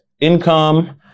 income